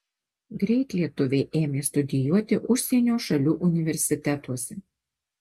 greit lietuviai ėmė studijuoti užsienio šalių universitetuose